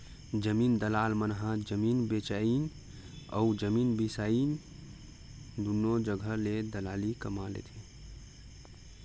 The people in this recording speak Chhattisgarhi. जमीन दलाल मन ह जमीन बेचइया अउ जमीन बिसईया दुनो जघा ले दलाली कमा लेथे